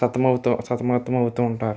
సతమతమవుతూ ఉంటారు